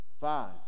Five